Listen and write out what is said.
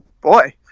Boy